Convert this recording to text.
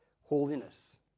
holiness